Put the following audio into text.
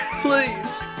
Please